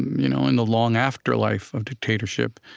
you know in the long afterlife of dictatorship,